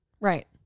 Right